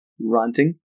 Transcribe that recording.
ranting